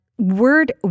Word –